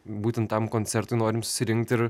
būtent tam koncertui norim susirinkt ir